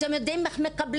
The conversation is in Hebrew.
אתם יודעים איך?